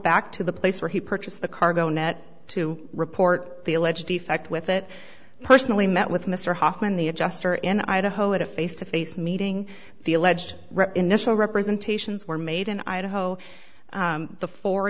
back to the place where he purchased the cargo net to report the alleged defect with it personally met with mr hoffman the adjuster in idaho at a face to face meeting the alleged rep initial representations were made in idaho